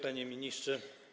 Panie Ministrze!